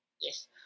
yes